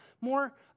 more